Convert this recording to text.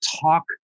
talk